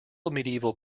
medieval